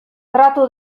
tratu